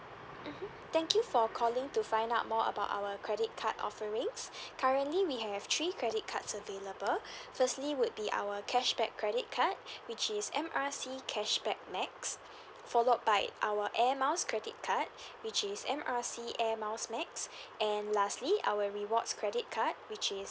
mmhmm thank you for calling to find out more about our credit card offerings currently we have three credit cards available firstly would be our cashback credit card which is M R C cashback max followed by our air miles credit card which is M R C air miles max and lastly our rewards credit card which is